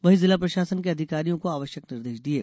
वहीं जिला प्रशासन के अधिकारियों को आवश्यक निर्देश दिये